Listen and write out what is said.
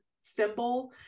symbol